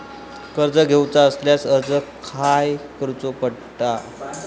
कर्ज घेऊचा असल्यास अर्ज खाय करूचो पडता?